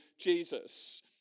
Jesus